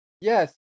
Yes